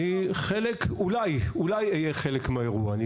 אני אולי אהיה חלק מהאירוע.